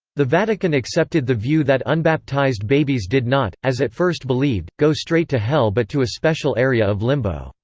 the vatican accepted the view that unbaptized babies did not, as at first believed, go straight to hell but to a special area of limbo,